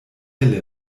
felle